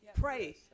Pray